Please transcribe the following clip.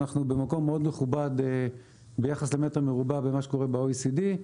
אנחנו במקום מאוד מכובד ביחס למ"ר במה שקורה ב-OECD.